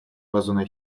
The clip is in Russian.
бозона